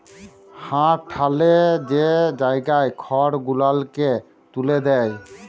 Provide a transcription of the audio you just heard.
হাঁ ঠ্যালে যে জায়গায় খড় গুলালকে ত্যুলে দেয়